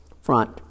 front